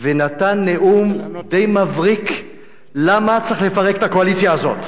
ונתן נאום די מבריק למה צריך לפרק את הקואליציה הזאת.